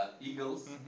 eagles